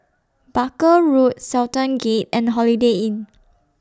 Barker Road Sultan Gate and Holiday Inn